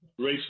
racist